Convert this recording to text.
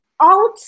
out